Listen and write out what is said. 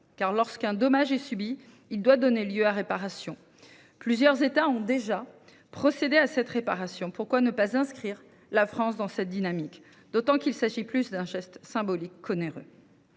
car, lorsqu’un dommage est subi, il doit donner lieu à réparation. Plusieurs États ont déjà procédé à une telle indemnisation. Pourquoi ne pas inscrire la France dans cette dynamique, d’autant que ce geste sera plus symbolique qu’onéreux